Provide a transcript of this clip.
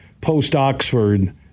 post-Oxford